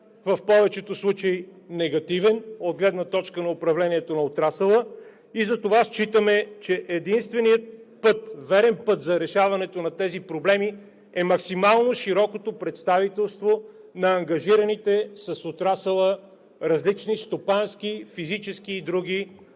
в повечето случаи негативен от гледна точка на управлението на отрасъла. Затова считаме, че единственият верен път за решаването на тези проблеми е максимално широкото представителство на ангажираните с отрасъла различни стопански физически и други